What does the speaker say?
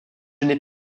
n’ai